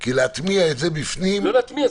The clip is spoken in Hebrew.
כי להטמיע את זה בפנים --- לא להטמיע,